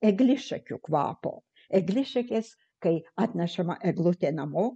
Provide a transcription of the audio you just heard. eglišakių kvapo eglišakės kai atnešama eglutė namo